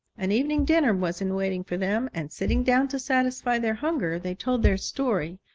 an evening dinner was in waiting for them, and sitting down to satisfy their hunger, they told their story,